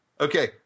Okay